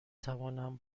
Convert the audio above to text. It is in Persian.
توانم